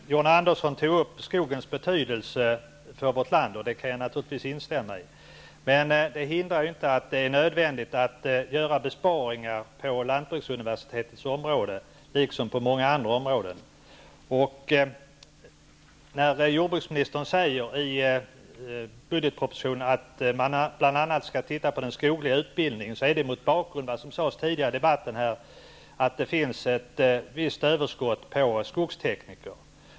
Herr talman! John Andersson tog upp skogens betydelse för vårt land. Det kan jag naturligtvis instämma i. Det hindrar inte att det är nödvändigt att göra besparingar på lantbruksuniversitetets område, liksom på många andra områden. När jordbruksministern i budgetpropositionen säger att man bl.a. skall titta på den skogliga utbildningen är det mot bakgrund av vad som sades tidigare i debatten här, nämligen att det finns ett visst överskott på skogstekniker.